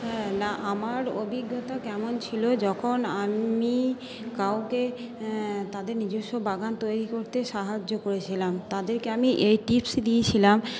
হ্যাঁ না আমার অভিজ্ঞতা কেমন ছিল যখন আমি কাউকে তাদের নিজস্ব বাগান তৈরি করতে সাহায্য করেছিলাম তাদেরকে আমি এই টিপস দিয়েছিলাম